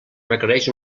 requereix